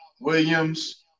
Williams